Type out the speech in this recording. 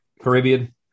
Caribbean